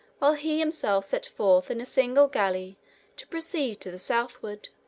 while he himself set forth in a single galley to proceed to the southward.